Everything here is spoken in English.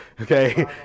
okay